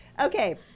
Okay